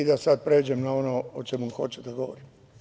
Sada ću da pređem na ono o čemu hoću da govorim.